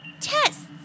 tests